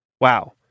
wow